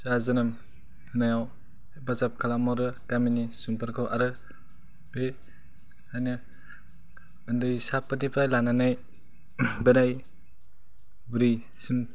फिसा जोनोम होनायाव हेफाजाब खालाम हरो गामिनि सुबुंफोरखौ आरो बेहायनो उन्दैसाफोरनिफ्राय लानानै बोराय बुरिसिम